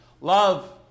love